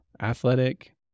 athletic